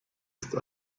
ist